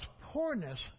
poorness